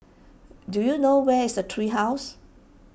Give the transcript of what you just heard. do you know where is Tree House